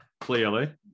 clearly